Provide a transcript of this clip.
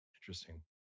Interesting